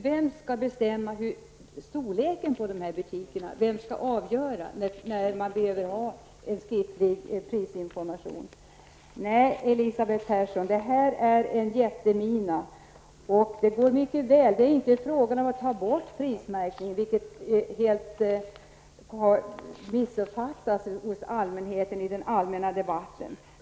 Vem skall bestämma storleken på butikerna? Vem skall avgöra när det behövs skriftlig prisinformation? Nej, Elisabeth Persson, det här är en jättemina. Det är inte fråga om att vi skulle vilja ta bort prismärkningen. Att det skulle vara det sättet är en missuppfattning i den allmänna debatten.